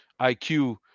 IQ